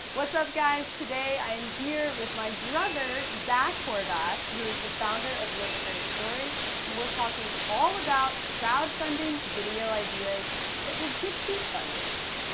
what's up, guys? today i am here with my brother zach horvath who is the founder of live a great story and we're talking all about crowdfunding video ideas that will get you funded.